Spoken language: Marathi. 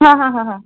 हां हां हां हां